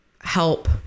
help